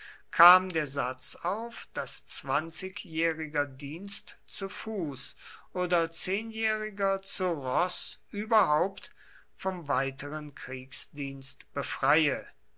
kam der satz auf daß zwanzigjähriger dienst zu fuß oder zehnjähriger zu roß überhaupt vom weiteren kriegsdienst befreie